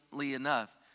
enough